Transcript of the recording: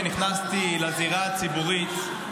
כשנכנסתי לזירה הציבורית,